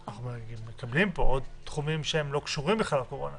אנחנו מקבלים פה עוד תחומים שהם לא קשורים בכלל לקורונה.